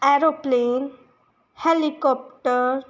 aeroplane helicopter